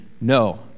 no